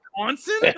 Wisconsin